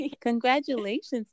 congratulations